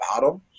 bottom